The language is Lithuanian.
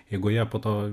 eigoje po to